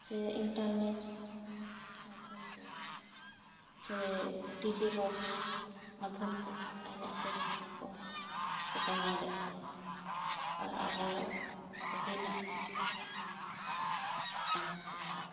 ᱥᱮ ᱤᱱᱴᱟᱨᱱᱮᱴ ᱢᱟᱫᱷᱚᱢ ᱛᱮ ᱥᱮ ᱰᱤᱡᱤ ᱵᱚᱠᱥ ᱢᱟᱫᱷᱚᱢ ᱛᱮ ᱦᱚᱸ ᱮᱱᱮᱡ ᱥᱮᱨᱮᱧ ᱮᱫᱟ ᱠᱚ ᱥᱮ ᱧᱮᱞᱮᱫ ᱠᱚᱣᱟᱠᱚ ᱟᱨ ᱟᱵᱚ ᱯᱟᱹᱦᱤᱞᱟᱜ ᱡᱩᱜᱽ ᱠᱷᱚᱱᱟᱜ ᱜᱮ ᱢᱮᱱᱟᱜ ᱛᱟᱵᱚᱱᱟ ᱴᱟᱢᱟᱠ ᱛᱩᱢᱫᱟᱜ